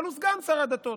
אבל הוא סגן שר הדתות.